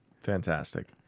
fantastic